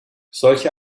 solche